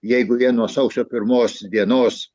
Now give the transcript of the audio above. jeigu jie nuo sausio pirmos dienos